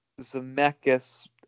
Zemeckis